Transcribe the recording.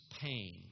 pain